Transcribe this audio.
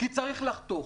כי צריך לחתוך.